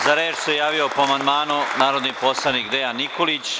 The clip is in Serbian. Za reč se javio po amandmanu narodni poslanik Dejan Nikolić.